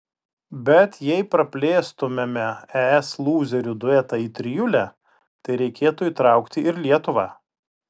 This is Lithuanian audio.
bet jei praplėstumėme es lūzerių duetą į trijulę tai reikėtų įtraukti ir lietuvą